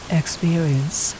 experience